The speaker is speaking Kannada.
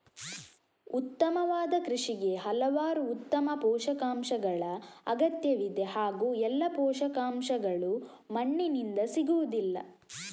ಉತ್ತಮವಾದ ಕೃಷಿಗೆ ಹಲವಾರು ಉತ್ತಮ ಪೋಷಕಾಂಶಗಳ ಅಗತ್ಯವಿದೆ ಹಾಗೂ ಎಲ್ಲಾ ಪೋಷಕಾಂಶಗಳು ಮಣ್ಣಿನಿಂದ ಸಿಗುವುದಿಲ್ಲ